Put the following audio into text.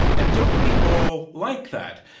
and don't we all like that?